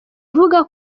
avuga